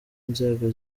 nzego